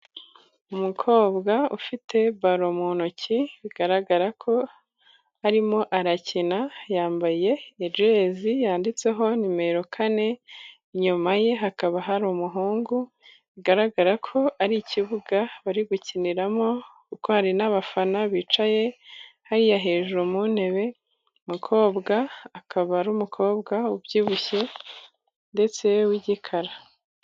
Umukobwa ufite balo mu ntoki bigaragara ko arimo arakina, yambaye jyezi yanditseho nimero kane, inyuma ye hakaba hari umuhungu bigaragara ko ari ikibuga bari gukiniramo kuko hari n' abafana bicaye hariya hejuru mu ntebe, umukobwa akaba ari umukobwa ubyibushye ndetse w' igikara.